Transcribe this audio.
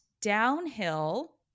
downhill